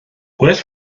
gwell